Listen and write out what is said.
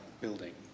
building